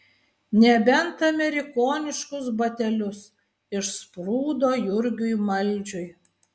nebent amerikoniškus batelius išsprūdo jurgiui maldžiui